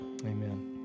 Amen